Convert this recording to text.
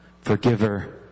forgiver